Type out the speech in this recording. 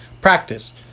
Practice